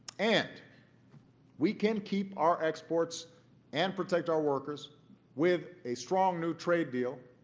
and we can keep our exports and protect our workers with a strong new trade deal